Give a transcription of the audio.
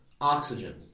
oxygen